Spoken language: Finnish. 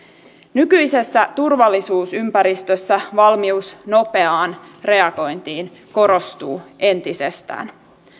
nykyisessä turvallisuusympäristössä valmius nopeaan reagointiin korostuu entisestään